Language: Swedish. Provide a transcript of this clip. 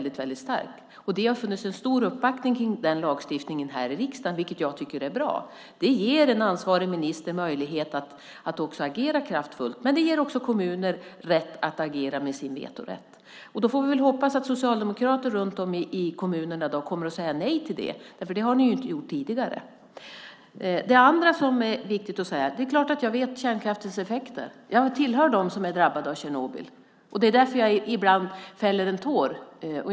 Den lagstiftningen har haft stor uppbackning från riksdagen, vilket jag tycker är bra. Det ger den ansvariga ministern möjlighet att agera kraftfullt, men det ger också kommunerna rätt att agera genom sin vetorätt. Då får vi väl hoppas att socialdemokrater runt om i kommunerna nu kommer att säga nej till det, för det har de inte gjort tidigare. Det andra som är viktigt att säga är att jag naturligtvis känner till kärnkraftens effekter. Jag tillhör dem som är drabbade av Tjernobyl, och det är därför jag ibland fäller en tår.